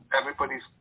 everybody's